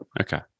Okay